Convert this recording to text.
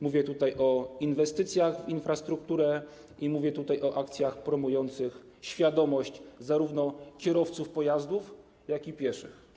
Mówię o inwestycjach w infrastrukturę i mówię o akcjach promujących świadomość zarówno kierowców pojazdów, jak i pieszych.